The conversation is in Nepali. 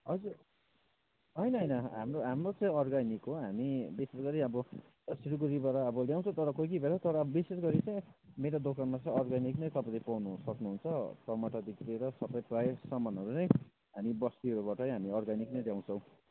हजुर होइन होइन हाम्रो हाम्रो चाहिँ अर्ग्यानिक हो हामी विशेष गरी अब सिलगढीबाट अब ल्याउँछ तर कोही कोही बेला तर विशेष गरी चाहिँ मेरो दोकानमा चाहिँ अर्ग्यानिक नै तपाईँले पाउनु सक्नुहुन्छ टमाटरदेखि लिएर सबै प्रायः सामानहरू नै हामी बस्तीहरूबाटै हामीहरू अर्ग्यानिक नै ल्याउँछौैँ